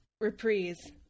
Reprise